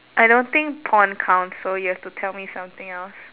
I don't think porn counts so you have to tell me something else